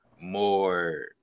more